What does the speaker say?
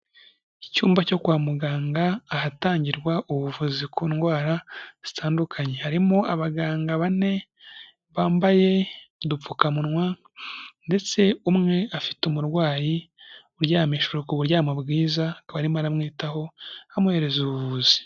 Icyumba cyo kwa muganga ahatangirwa ubuvuzi ku ndwara zitandukanye, harimo abaganga bane bambaye udupfukamunwa ndetse umwe afite umurwayi uryamishijwe ku buryamo bwiza, akaba arimo aramwitaho amuhereza ubuvuzi.